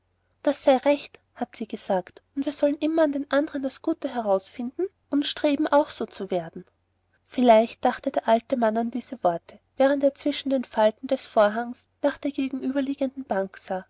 das sei recht hat sie gesagt und wir sollen immer an andern das gute herausfinden und streben auch so zu werden vielleicht dachte der alte mann an diese worte während er zwischen den falten des vorhanges nach der gegenüberliegenden bank sah